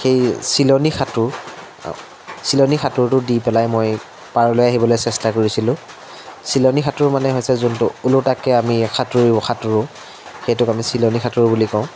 সেই চিলনী সাঁতোৰ চিলনী সাঁতোৰটো দি পেলাই মই পাৰলৈ আহিবলৈ চেষ্টা কৰিছিলোঁ চিলনী সাঁতোৰ মানে হৈছে যোনটো ওলোটাকৈ আমি সাঁতুৰিও সাঁতোৰো সেইটোক আমি চিলনি সাঁতোৰো বুলি কওঁ